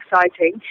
exciting